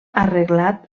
arreglat